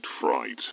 Fright